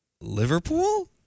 Liverpool